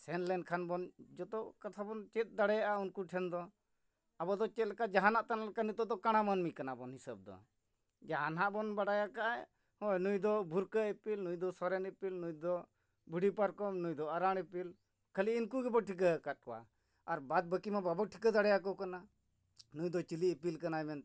ᱥᱮᱱ ᱞᱮᱱᱠᱷᱟᱱ ᱵᱚᱱ ᱡᱚᱛᱚ ᱠᱟᱛᱷᱟ ᱵᱚᱱ ᱪᱮᱫ ᱫᱟᱲᱮᱭᱟᱜᱼᱟ ᱩᱱᱠᱩ ᱴᱷᱮᱱ ᱫᱚ ᱟᱵᱚ ᱫᱚ ᱪᱮᱫ ᱞᱮᱠᱟ ᱡᱟᱦᱟᱱᱟᱜ ᱛᱟᱦᱮᱱ ᱞᱮᱠᱟ ᱱᱤᱛᱚᱜ ᱫᱚ ᱠᱟᱬᱟ ᱢᱟᱹᱱᱢᱤ ᱠᱟᱱᱟ ᱵᱚᱱ ᱦᱤᱥᱟᱹᱵ ᱫᱚ ᱡᱟᱦᱟᱱᱟᱜ ᱵᱚᱱ ᱵᱟᱰᱟᱭ ᱟᱠᱟᱫᱟᱭ ᱦᱳᱭ ᱱᱩᱭ ᱫᱚ ᱵᱷᱩᱨᱠᱟᱹ ᱤᱯᱤᱞ ᱱᱩᱭ ᱫᱚ ᱥᱚᱨᱮᱱ ᱤᱯᱤᱞ ᱱᱩᱭ ᱫᱚ ᱵᱷᱩᱰᱷᱤ ᱯᱟᱨᱠᱚᱢ ᱱᱩᱭ ᱫᱚ ᱟᱨᱟᱲ ᱤᱯᱤᱞ ᱠᱷᱟᱹᱞᱤ ᱩᱱᱠᱩ ᱜᱮᱵᱚ ᱴᱷᱤᱠᱟᱹ ᱟᱠᱟᱫ ᱠᱚᱣᱟ ᱟᱨ ᱵᱟᱫ ᱵᱟᱠᱤ ᱢᱟ ᱵᱟᱵᱚ ᱴᱷᱤᱠᱟᱹ ᱫᱟᱲᱮ ᱟᱠᱚ ᱠᱟᱱᱟ ᱱᱩᱭ ᱫᱚ ᱪᱤᱞᱤ ᱤᱯᱤᱞ ᱠᱟᱱᱟᱭ ᱢᱮᱱᱛᱮ